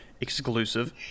exclusive